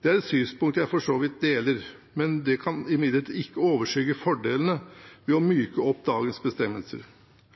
Det er et synspunkt jeg for så vidt deler, men det kan ikke overskygge fordelene ved å myke opp dagens bestemmelser.